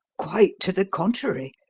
quite to the contrary.